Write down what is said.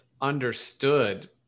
understood